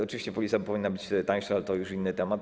Oczywiście polisa powinna być wtedy tańsza, ale to już inny temat.